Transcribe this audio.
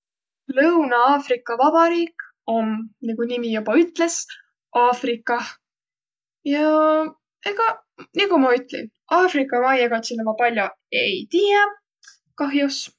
Lõuna-Afriga Vabariik om, nigu nimi joba ütles, Afrikah ja ega nigu ma ütli, Afriga maiõ kotsilõ ma pall'o ei tiiäq kah'os.